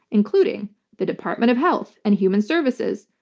including the department of health and human services,